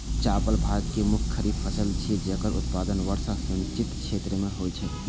चावल भारत के मुख्य खरीफ फसल छियै, जेकर उत्पादन वर्षा सिंचित क्षेत्र मे होइ छै